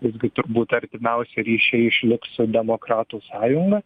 visgi turbūt artimiausi ryšiai išliks su demokratų sąjunga